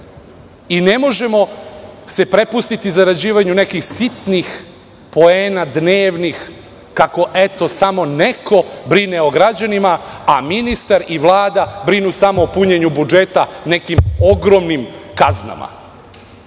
Ne možemo se prepustiti zarađivanju nekih sitnih poena, dnevnih, kako eto, tamo neko brine o građanima, a ministar i Vlada brinu samo o punjenju budžeta, nekim ogromnim kaznama. Ta